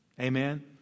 Amen